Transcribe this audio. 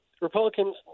Republicans